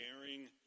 sharing